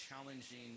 challenging